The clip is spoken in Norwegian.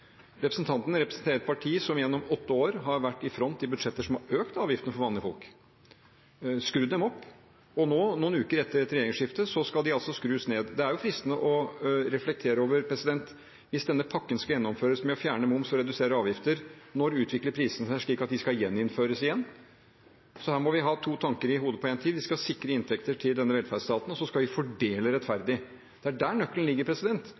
Representanten representerer et parti som gjennom åtte år har vært i front i budsjetter som har økt avgiftene for vanlige folk, skrudd dem opp. Nå, noen uker etter et regjeringsskifte, skal de altså skrus ned. Det er fristende å reflektere over: Hvis denne pakken skal gjennomføres, med å fjerne moms og redusere avgifter, når utvikler prisene seg slik at de skal gjeninnføres igjen? Her må vi ha to tanker i hodet på én gang. Vi skal sikre inntekter til denne velferdsstaten, og så skal vi fordele rettferdig. Nøkkelen ligger